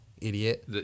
idiot